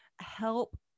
help